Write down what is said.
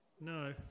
No